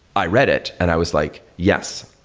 i read it and i was like, yes,